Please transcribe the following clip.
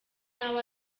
nawe